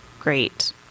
great